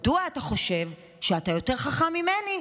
מדוע אתה חושב שאתה יותר חכם ממני?